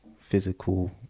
physical